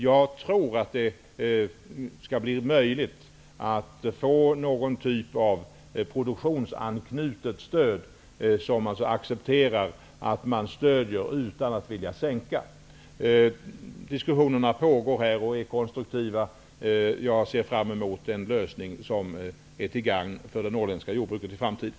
Jag tror att det skall bli möjligt att få någon typ av produktionsanknutet stöd som man accepterar utan att vilja sänka. Diskussionerna pågår här och är konstruktiva. Jag ser fram mot en lösning som är till gagn för det norrländska jordbruket i framtiden.